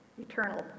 eternal